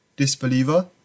disbeliever